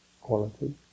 quality